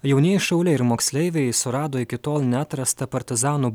jaunieji šauliai ir moksleiviai surado iki tol neatrastą partizanų